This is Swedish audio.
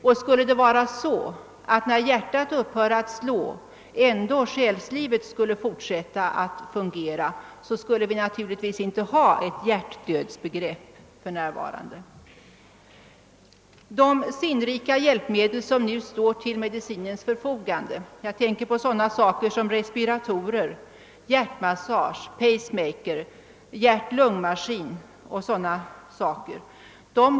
Om själslivet skulle fortsätta att fungera fastän hjärtat upphört att slå, skulle vi för närvarande inte ha något hjärtdödsbegrepp. De sinnrika hjälpmedel som nu står till medicinens förfogande — jag tänker på respiratorer, hjärtmassage, hjärtpacemakers, hjärt-lungmaskin 0. s. Vv.